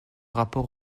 rapport